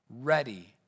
ready